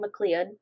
McLeod